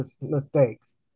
mistakes